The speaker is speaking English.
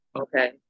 Okay